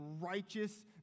righteous